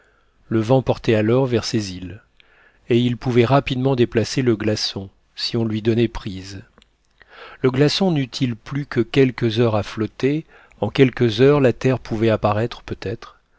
le vent portait alors vers ces îles et il pouvait rapidement déplacer le glaçon si on lui donnait prise le glaçon n'eût-il plus que quelques heures à flotter en quelques heures la terre pouvait apparaître peut-être